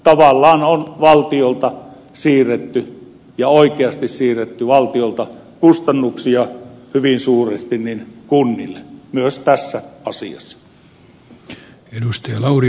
tässä on tavallaan ja oikeasti siirretty hyvin suuresti kustannuksia valtiolta kunnille myös tässä asiassa